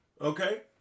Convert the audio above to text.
Okay